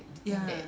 ya